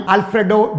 Alfredo